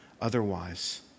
otherwise